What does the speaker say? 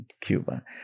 Cuba